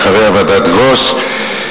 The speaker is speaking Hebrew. ואחריה ועדת-גרוס,